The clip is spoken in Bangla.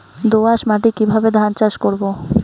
দোয়াস মাটি কিভাবে ধান চাষ করব?